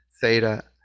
theta